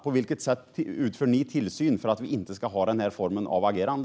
På vilket sätt utför ni tillsyn för att vi inte ska ha den här formen av agerande?